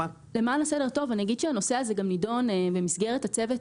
למען הסדר הטוב אני אומר שהנושא הזה גם נדון במסגרת הצוות